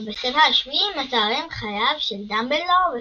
ובספר השביעי מתוארים חייו של דמבלדור בצעירותו.